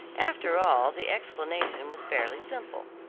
after all, the explanation was fairly simple.